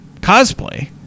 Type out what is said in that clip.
cosplay